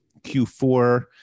Q4